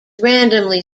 randomly